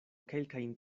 kelkajn